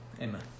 Amen